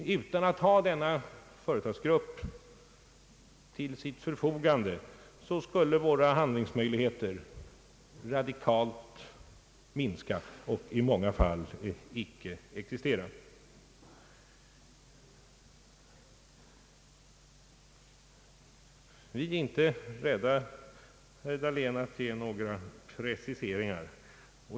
Om vi inte hade denna företagsgrupp till förfogande skulle våra handlingsmöjligheter radikalt minska och i många fall icke existera. Vi är inte rädda, herr Dahlén, att ge några preciseringar.